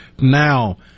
now